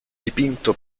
dipinto